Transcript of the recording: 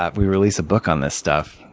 ah we release a book on this stuff.